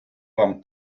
вам